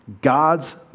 God's